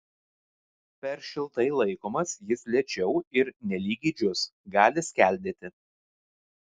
per šiltai laikomas jis lėčiau ir nelygiai džius gali skeldėti